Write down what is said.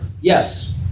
yes